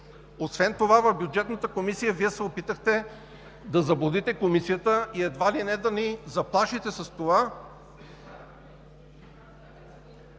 Освен това в Бюджетната комисия Вие се опитахте да заблудите Комисията и едва ли не да ни заплашите с това,